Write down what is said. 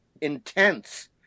Intense